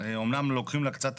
אמנם לוקחים לה קצת